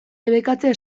debekatzeko